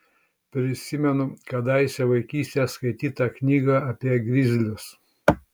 prisimenu kadaise vaikystėje skaitytą knygą apie grizlius